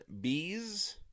Bees